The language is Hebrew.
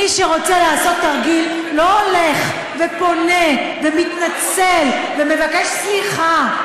מי שרוצה לעשות תרגיל לא הולך ופונה ומתנצל ומבקש סליחה.